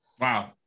Wow